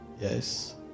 Yes